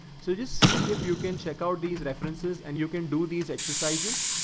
so just see if you can check out these references and you can do these exercises.